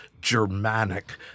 Germanic